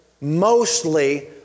mostly